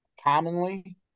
commonly